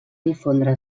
difondre